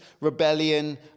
rebellion